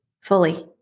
fully